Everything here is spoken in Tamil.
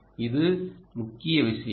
இது முக்கிய விஷயம்